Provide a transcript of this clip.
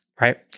right